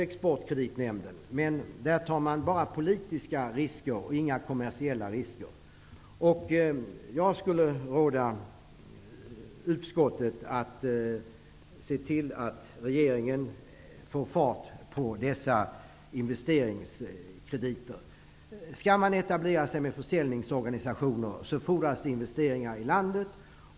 Exportkreditnämnden tar bara politiska risker och inga kommersiella risker. Jag skulle vilja råda utskottet att se till att regeringen får fart på investeringskrediterna. Skall man etablera sig med en försäljningsorganisation fordras det investeringar i landet.